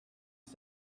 set